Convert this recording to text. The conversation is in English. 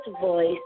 voice